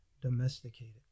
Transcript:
domesticated